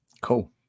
Cool